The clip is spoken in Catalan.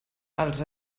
els